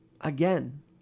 again